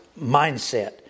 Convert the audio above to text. mindset